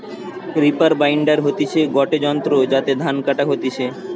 reaper binder হতিছে গটে যন্ত্র যাতে ধান কাটা হতিছে